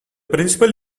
principal